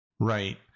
Right